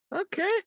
Okay